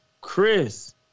Chris